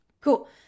Cool